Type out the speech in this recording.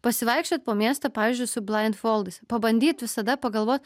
pasivaikščiot po miestą pavyzdžiui su blaindfoldais pabandyt visada pagalvot